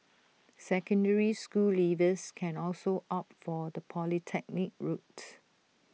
secondary school leavers can also opt for the polytechnic route